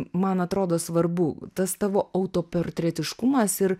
man atrodo svarbu tas tavo autoportretiškumas ir